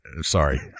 Sorry